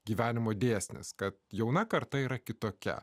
gyvenimo dėsnis kad jauna karta yra kitokia